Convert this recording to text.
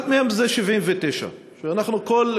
אחד מהם הוא 79. לדעתי,